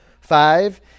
Five